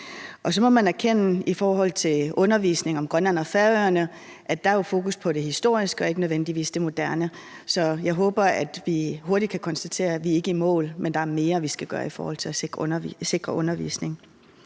Så må man erkende, at i forhold til undervisning om Grønland og Færøerne er der jo fokus på det historiske og ikke nødvendigvis det moderne. Så jeg håber, at vi hurtigt kan konstatere, at vi ikke er i mål, men at der er mere, vi skal gøre for at sikre undervisning.